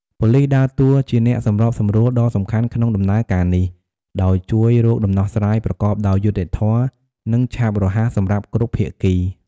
ប៉ូលិសដើរតួជាអ្នកសម្របសម្រួលដ៏សំខាន់ក្នុងដំណើរការនេះ ដោយជួយរកដំណោះស្រាយប្រកបដោយយុត្តិធម៌ និងឆាប់រហ័សសម្រាប់គ្រប់ភាគី។